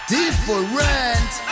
Different